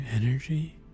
energy